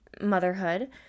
motherhood